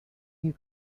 you